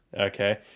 Okay